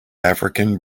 african